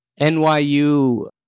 NYU